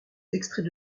extraits